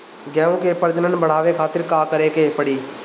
गेहूं के प्रजनन बढ़ावे खातिर का करे के पड़ी?